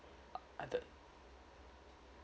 uh the